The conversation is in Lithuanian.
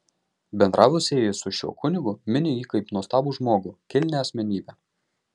bendravusieji su šiuo kunigu mini jį kaip nuostabų žmogų kilnią asmenybę